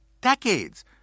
decades